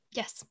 yes